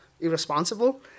irresponsible